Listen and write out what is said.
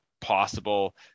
possible